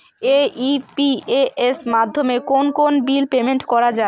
AEPS মাধ্যমে কোন কোন বিল পেমেন্ট করা যায়?